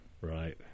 Right